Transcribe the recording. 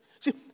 See